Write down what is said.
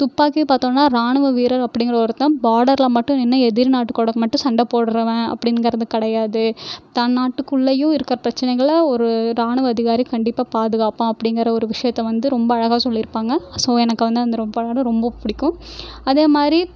துப்பாக்கி பார்த்தோன்னா ராணுவ வீரர் அப்படிங்கிறதை ஒருத்தன் பார்டரில் மட்டும் நின்று எதிர்நாட்டு கூட மட்டும் சண்டை போடுறவன் அப்படிங்கிறது கிடையாது தன் நாட்டுக்குள்ளையும் இருக்கிற பிரச்சினைகளை ஒரு ராணுவ அதிகாரி கண்டிப்பாக பாதுகாப்பான் அப்படிங்கிற ஒரு விஷயத்தை வந்து ரொம்ப அழகாக சொல்லியிருப்பாங்க ஸோ எனக்கு வந்து அந்த ரொ படம் ரொம்ப பிடிக்கும் அதேமாதிரி